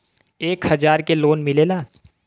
एक हजार के लोन मिलेला?